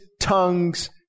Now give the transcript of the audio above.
tongues